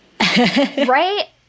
Right